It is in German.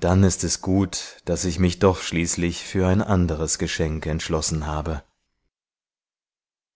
dann ist es gut daß ich mich doch schließlich für ein anderes geschenk entschlossen habe